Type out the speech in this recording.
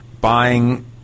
buying